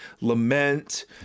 lament